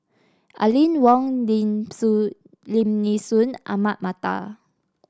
Aline Wong Lim Lim Nee Soon Ahmad Mattar